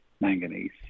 manganese